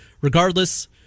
regardless